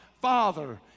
father